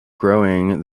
growing